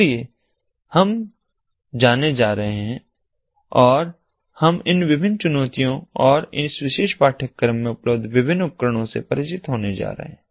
इसलिए हम जाने जा रहे हैं और हम इन सभी विभिन्न चुनौतियों और इस विशेष पाठ्यक्रम में उपलब्ध विभिन्न उपकरणों से परिचित होने जा रहे हैं